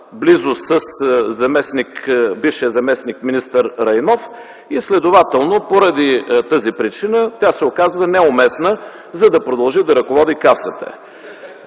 близо с бившия заместник-министър Райнов и следователно поради тази причина тя се оказва неуместна, за да продължи да ръководи Касата.